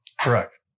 Correct